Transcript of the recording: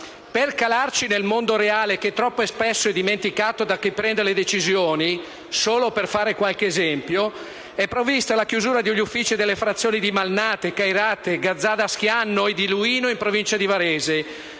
Per calarci nel mondo reale, che troppo spesso è dimenticato da chi prende le decisioni, e solo per fare qualche esempio, è prevista la chiusura degli uffici delle frazioni di Malnate, Cairate, Gazzada Schianno e di Luino in provincia di Varese